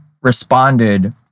responded